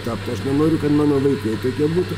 tapti aš nenoriu kad mano vaikai tokie būtų